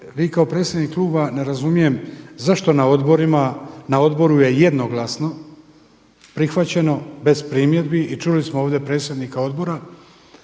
vi kao predsjednik Kluba ne razumijem zašto na odborima, na odboru je jednoglasno prihvaćeno bez primjedbi i čuli smo ovdje predsjednika odbora,